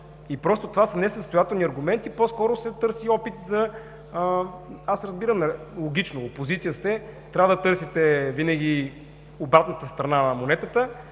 и просто това са несъстоятелни аргументи, по-скоро се търси опит за… Аз разбирам, логично е, опозиция сте, трябва да търсите винаги обратната страна на монетата,